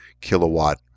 kilowatt